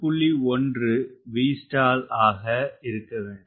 1 Vstall ஆக இருக்க வேண்டும்